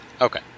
Okay